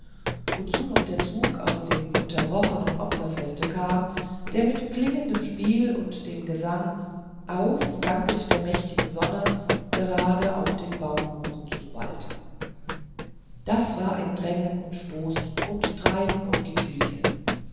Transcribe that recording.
wozu noch der große zug aus dem unterbrochenen opferfeste kam der mit klingendem spiel und dem gesange auf danket der mächtigen sonne gerade auf den baumkuchen zu wallte das war ein drängen und stoßen und treiben und gequieke